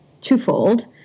twofold